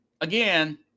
again